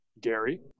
Gary